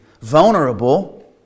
vulnerable